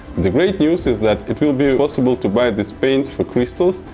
the great news is that it will be possible to buy this paint for crystals,